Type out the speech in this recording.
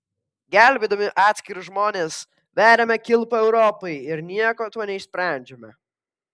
gelbėdami atskirus žmones veriame kilpą europai ir nieko tuo neišsprendžiame